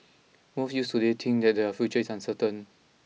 most youths today think that their future is uncertain